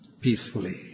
peacefully